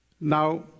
Now